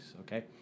okay